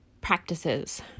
practices